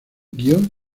guion